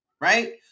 right